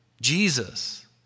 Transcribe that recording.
Jesus